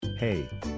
Hey